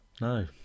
no